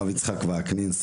הרב יצחק וקנין,